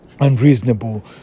unreasonable